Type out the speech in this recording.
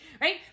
right